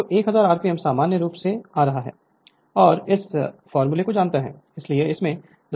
तो 1000 आरपीएम सामान्य रूप से आ रहा है और एस इस फार्मूले को जानता है इसलिए इससे 005 हो रहे हैं